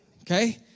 Okay